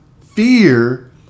fear